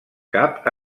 cap